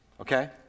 Okay